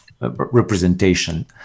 representation